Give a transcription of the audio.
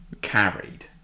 carried